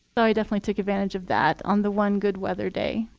so i definitely took advantage of that on the one good weather day.